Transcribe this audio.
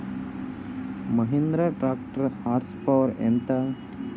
Mahindra tractor horse power ఎంత?